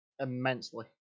immensely